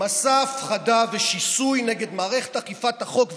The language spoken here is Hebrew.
מסע הפחדה ושיסוי נגד מערכת אכיפת החוק והמשפט,